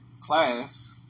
class